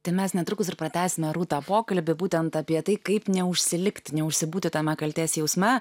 tai mes netrukus ir pratęsime rūta pokalbį būtent apie tai kaip neužsilikti neužsibūti tame kaltės jausme